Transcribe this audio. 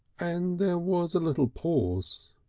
and there was a little pause.